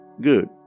Good